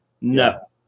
No